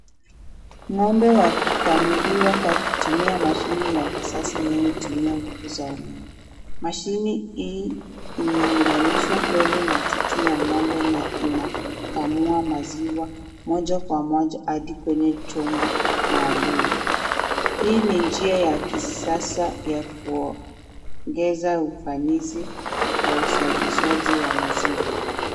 Ng'ombe wakikamuliwa kwa kutumia mashine ya kisasa inayotumiwa nguvu za umeme. Mashine hii imeunganishwa kwenye matiti ya ng'ombe na inakamua maziwa moja kwa moja hadi kwenye chombo maalum. Hii ni njia moja ya kuongeza ufanyazi wa uzalishaji wa maziwa.